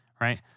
right